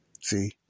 See